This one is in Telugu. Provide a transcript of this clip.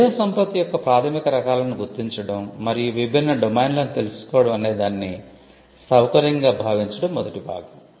మేధోసంపత్తి యొక్క ప్రాథమిక రకాలను గుర్తించడం మరియు విభిన్న డొమైన్లను తెలుసుకోవడం అనేదాన్ని సౌకర్యంగా భావించడం మొదటి భాగం